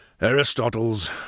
Aristotle's